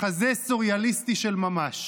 מחזה סוריאליסטי של ממש.